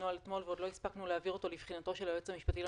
הנוהל אתמול ועוד לא הספקנו להעביר אותו לבחינתו של היועץ המשפטי לממשלה,